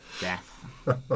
Death